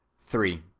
three.